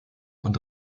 und